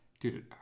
Dude